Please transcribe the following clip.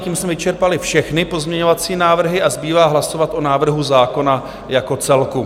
Tím jsme vyčerpali všechny pozměňovací návrhy a zbývá hlasovat o návrhu zákona jako celku.